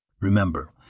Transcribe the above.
Remember